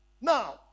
Now